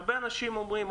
הרבה אנשים אומרים,